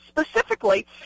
specifically